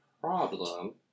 problem